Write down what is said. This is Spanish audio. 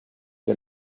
que